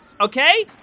okay